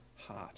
heart